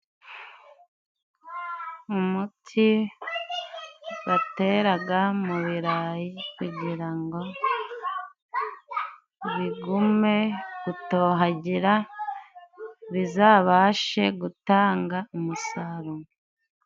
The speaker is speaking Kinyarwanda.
Umuti bateraga mu birayi kugira ngo bigume gutohagira bizabashe gutanga umusaruro.